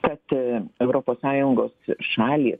kad europos sąjungos šalys